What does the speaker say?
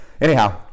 Anyhow